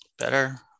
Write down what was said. better